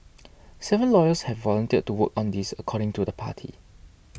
seven lawyers have volunteered to work on this according to the party